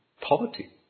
poverty